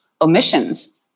omissions